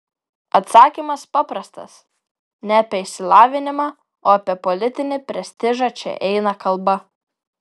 atsakymas paprastas ne apie išsilavinimą o apie politinį prestižą čia eina kalba